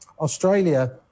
Australia